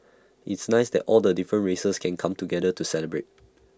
it's nice that all the different races can come together to celebrate